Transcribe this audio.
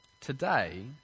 today